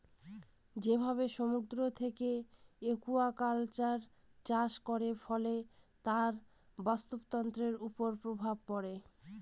যেভাবে সমুদ্র থেকে একুয়াকালচার চাষ করে, ফলে তার বাস্তুতন্ত্রের উপর প্রভাব পড়ে